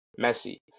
Messi